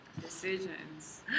Decisions